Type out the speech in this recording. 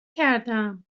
کردم